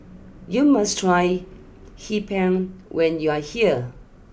you must try Hee Pan when you are here